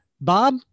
Bob